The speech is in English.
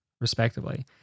respectively